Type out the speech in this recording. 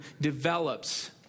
develops